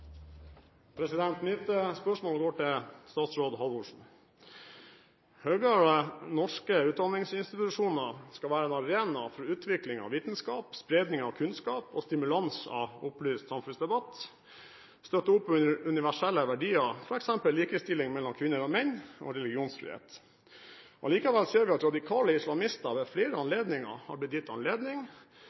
statsråd Halvorsen. Høyere norske utdanningsinstitusjoner skal være en arena for utvikling av vitenskap, spredning av kunnskap, stimulere til opplyst samfunnsdebatt, støtte opp under universelle verdier, f.eks. likestilling mellom kvinner og menn og religionsfrihet. Allikevel ser vi at radikale islamister ved flere anledninger har blitt gitt anledning